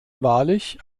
wahrlich